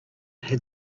had